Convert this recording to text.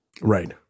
Right